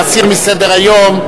להסיר מסדר-היום?